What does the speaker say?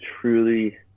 truly